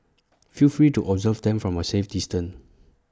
feel free to observe them from A safe distance